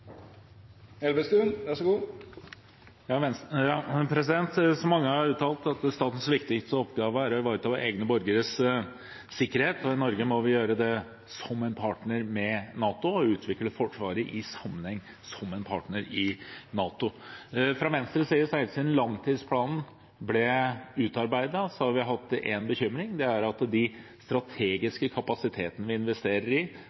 statens viktigste oppgave å ivareta våre egne borgeres sikkerhet. I Norge må vi gjøre det som partner i NATO og utvikle Forsvaret i sammenheng, som partner i NATO. Fra Venstres side har vi helt siden langtidsplanen ble utarbeidet, hatt én bekymring, og det er at de strategiske kapasitetene vi investerer i